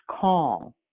call